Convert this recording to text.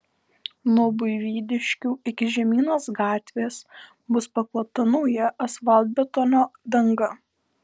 nuo buivydiškių iki žemynos gatvės bus paklota nauja asfaltbetonio danga